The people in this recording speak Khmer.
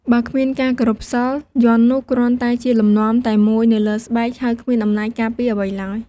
បើគ្មានការគោរពសីល យន្តនោះគ្រាន់តែជាលំនាំតែមួយនៅលើស្បែក ហើយគ្មានអំណាចការពារអ្វីឡើយ។